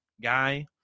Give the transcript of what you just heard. guy